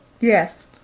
Yes